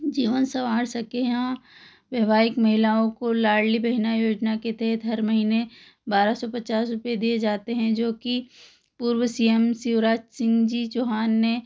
जीवन सवार सकें या वैवाहिक महिलाओं को लाड़ली बहन योजना के तहत हर महीने बारह सौ पचास रुपये दिए जाते हैं जो कि पूर्व सी एम शिवराज सिंह जी चौहान ने